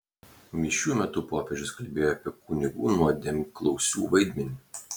mišių metu popiežius kalbėjo apie kunigų nuodėmklausių vaidmenį